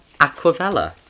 Aquavella